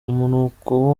umunuko